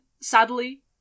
sadly